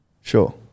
Sure